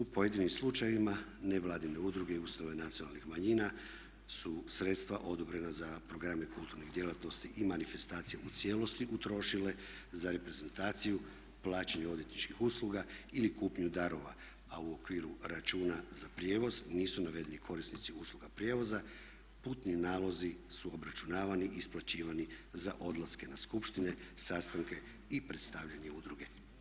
U pojedinim slučajevima nevladine udruge i ustanove nacionalnih manjina su sredstva odobrena za programe kulturnih djelatnosti i manifestacije u cijelosti utrošile za reprezentaciju plaćanja odvjetničkih usluga ili kupnju darova a u okviru računa za prijevoz nisu navedeni korisnici usluga prijevoza, putni nalozi su obračunavani i isplaćivani za odlaske na skupštine, sastanke i predstavljanje udruge.